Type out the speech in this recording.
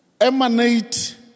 emanate